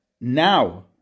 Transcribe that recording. now